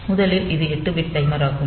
முதலில் இது 8 bit timer ஆகும்